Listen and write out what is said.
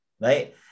right